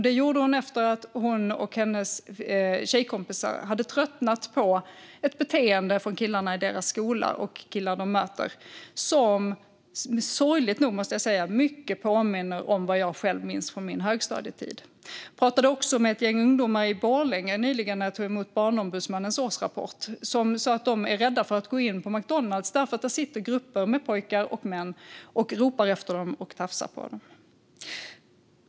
Det gjorde hon efter att hon och hennes tjejkompisar hade tröttnat på ett beteende från killarna i deras skola och killar de möter som, sorgligt nog måste jag säga, mycket påminner om vad jag själv minns från min högstadietid. Jag pratade nyligen också med ett gäng ungdomar i Borlänge när jag tog emot Barnombudsmannens årsrapport. De sa att de är rädda för att gå in på McDonalds, därför att där sitter grupper med pojkar och män och ropar efter dem och tafsar på dem.